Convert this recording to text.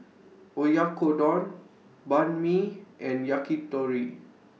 Oyakodon Banh MI and Yakitori